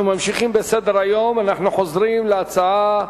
אנחנו ממשיכים בסדר-היום, אנחנו חוזרים להצעות: